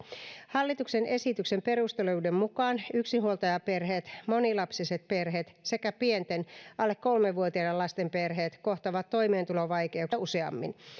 hallituksen esityksen perusteluiden mukaan yksinhuoltajaperheet monilapsiset perheet sekä pienten alle kolme vuotiaiden lasten perheet kohtaavat toimeentulovaikeuksia muita useammin